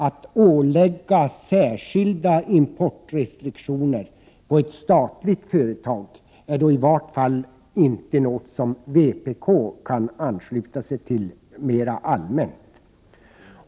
Att ålägga ett statligt företag särskilda exportrestriktioner är i vart fall inte något som vpk kan ansluta sig till mer allmänt.